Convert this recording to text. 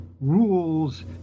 rules